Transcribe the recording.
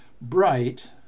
Bright